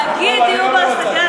להגיד דיור בר-השגה זה לא,